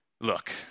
Look